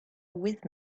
with